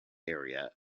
area